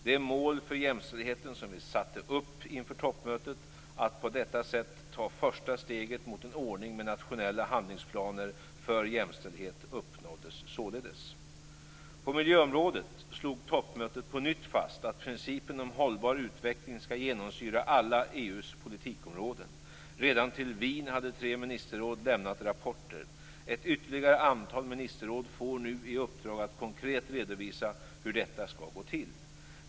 Det mål för jämställdheten som vi satte upp inför toppmötet, att på detta sätt ta första steget mot en ordning med nationella handlingsplaner för jämställdhet, uppnåddes således. På miljöområdet slog toppmötet på nytt fast att principen om hållbar utveckling skall genomsyra alla EU:s politikområden. Redan till toppmötet i Wien hade tre ministerråd lämnat rapporter. Ett ytterligare antal ministerråd får nu i uppdrag att konkret redovisa hur detta skall gå till.